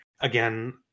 again